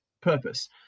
purpose